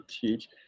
teach